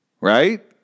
Right